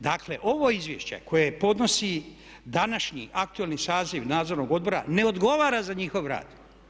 Dakle, ovo izvješće koje podnosi današnji aktualni saziv Nadzornog odbora ne odgovara za njihov rad.